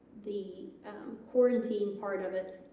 the quarantine part of it